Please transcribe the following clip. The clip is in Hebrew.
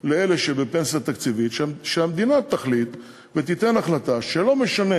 לאלה שבפנסיה תקציבית, שהמדינה תחליט שלא משנה